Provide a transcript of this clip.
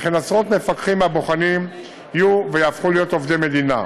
וכן עשרות מפקחים מהבוחנים יהפכו להיות עובדי מדינה.